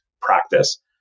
practice